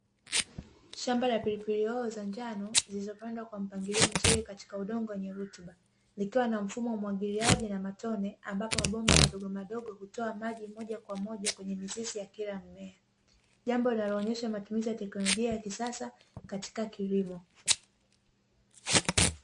Shamba la pilipili hoho za njano, zilizopandwa kwa mpangilio mzuri katika udongo wenye rutuba. Likiwa na mfumo wa umwagiliaji na matone ambapo mabomba madogomadogo hutoa maji moja kwa moja kwenye mizizi ya kila mmea, jambo linaloonyesha matumizi ya teknolojia ya kisasa katika kilimo.